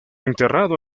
enterrado